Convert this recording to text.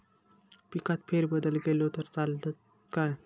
पिकात फेरबदल केलो तर चालत काय?